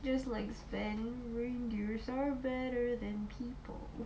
ya just like